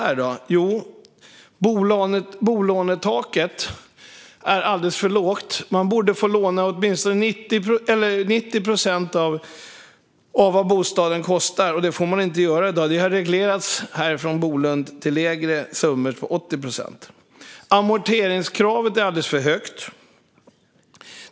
Jo, därför att bolånetaket är alldeles för lågt. Man borde få låna åtminstone 90 procent av vad bostaden kostar, men det får man inte i dag. Detta har reglerats från Bolund till 80 procent. Amorteringskravet är alldeles för högt.